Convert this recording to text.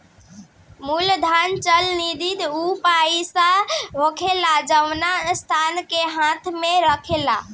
मूलधन चल निधि ऊ पईसा होखेला जवना संस्था के हाथ मे रहेला